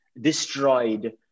destroyed